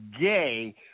gay